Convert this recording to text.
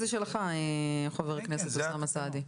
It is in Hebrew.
לדעתי, זה שלך, חבר הכנסת אוסאמה סעדי.